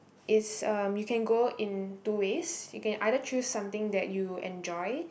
is um you can go in two ways you can either choose something that you enjoy